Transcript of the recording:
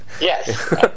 yes